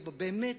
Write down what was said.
באמת,